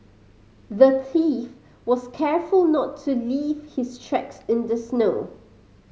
the thief was careful to not leave his tracks in the snow